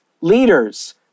leaders